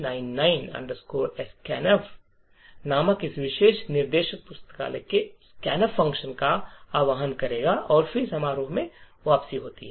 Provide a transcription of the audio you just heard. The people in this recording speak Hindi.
iso c99 scanf नामक यह विशेष निर्देश पुस्तकालय से स्कैनफ फ़ंक्शन का आह्वान करेगा और फिर समारोह से वापसी होती है